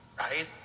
right